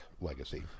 legacy